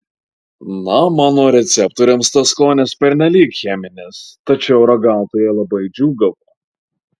na mano receptoriams tas skonis pernelyg cheminis tačiau ragautojai labai džiūgavo